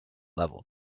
level